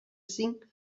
cinc